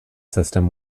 system